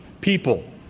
people